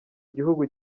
igihugu